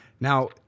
Now